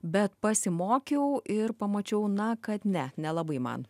bet pasimokiau ir pamačiau na kad ne nelabai man